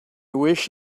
wish